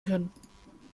können